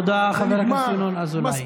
תודה, חבר הכנסת ינון אזולאי.